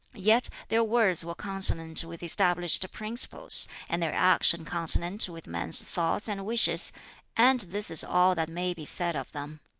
yet their words were consonant with established principles, and their action consonant with men's thoughts and wishes and this is all that may be said of them.